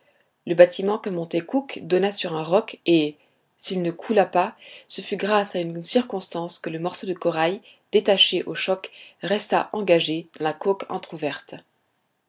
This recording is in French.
le bâtiment que montait cook donna sur un roc et s'il ne coula pas ce fut grâce à cette circonstance que le morceau de corail détaché au choc resta engagé dans la coque entr'ouverte